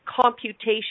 computation